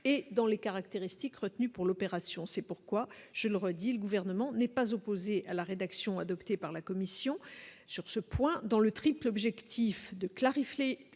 et dans les caractéristiques retenues pour l'opération, c'est pourquoi je le redis : le gouvernement n'est pas opposé à la rédaction adoptée par la commission sur ce point dans le triple objectif de clarifier